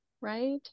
right